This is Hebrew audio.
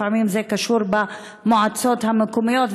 לפעמים זה קשור למועצות המקומיות,